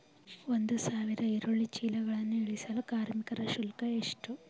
ಒಂದು ಸಾವಿರ ಈರುಳ್ಳಿ ಚೀಲಗಳನ್ನು ಇಳಿಸಲು ಕಾರ್ಮಿಕರ ಶುಲ್ಕ ಎಷ್ಟು?